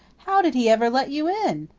how did he ever let you in?